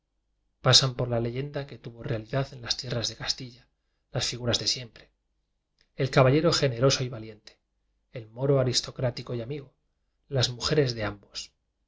pasan por la leyenda que tuvo rea lidad en las tierras de castilla las figuras de siempre el caballero generoso y va liente el moro aristocrático y amigo las mujeres de ambos